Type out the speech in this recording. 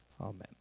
Amen